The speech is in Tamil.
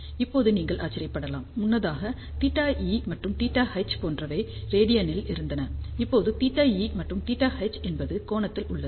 இப்போது நீங்கள் ஆச்சரியப்படலாம் முன்னதாக θE மற்றும் θH போன்றவை ரேடியனில் இருந்தன இப்போது θE மற்றும் θH என்பது கோணத்தில் உள்ளது